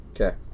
Okay